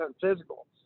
physical